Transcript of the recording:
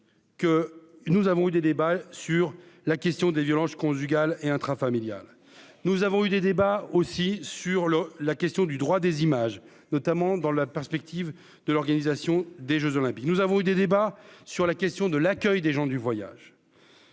que nous avons eu des débats sur la question des violences conjugales et intrafamiliales, nous avons eu des débats aussi sur le, la question du droit des images, notamment dans la perspective de l'organisation des Jeux olympiques, nous avons eu des débats sur la question de l'accueil des gens du voyage.